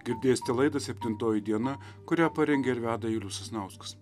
girdėsite laidą septintoji diena kurią parengė ir veda julius sasnauskas